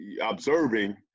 observing